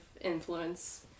influence